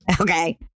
okay